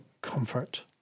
comfort